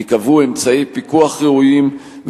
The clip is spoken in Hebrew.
וייקבעו אמצעי פיקוח ראויים,